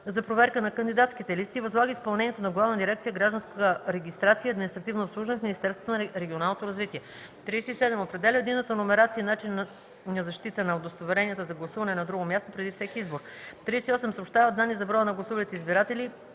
за проверка на кандидатските листи, и възлага изпълнението на Главна дирекция „Гражданска регистрация и административно обслужване” в Министерството на регионалното развитие; 37. определя единната номерация и начина на защита на удостоверенията за гласуване на друго място преди всеки избор; 38. съобщава данни за броя на гласувалите избиратели